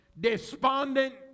despondent